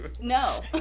No